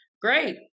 great